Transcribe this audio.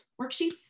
worksheets